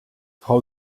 frau